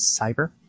cyber